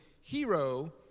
hero